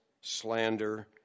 slander